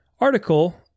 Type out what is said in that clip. article